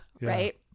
right